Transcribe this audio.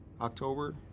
October